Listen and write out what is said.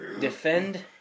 defend